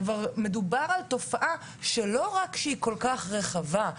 לא רק שהתופעה היא כל כך רחבה,